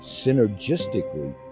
synergistically